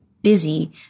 busy